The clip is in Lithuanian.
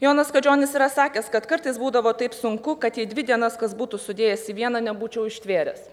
jonas kadžionis yra sakęs kad kartais būdavo taip sunku kad jei dvi dienas kas būtų sudėjęs į vieną nebūčiau ištvėręs